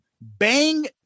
bang